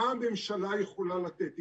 מה הממשלה יכולה לתת.